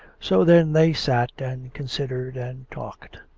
so then they sat and considered and talked.